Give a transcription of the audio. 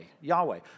Yahweh